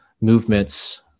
movements